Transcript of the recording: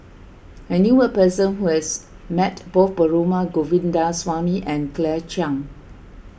I knew a person who has met both Perumal Govindaswamy and Claire Chiang